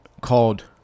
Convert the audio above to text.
called